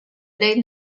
dei